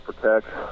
protect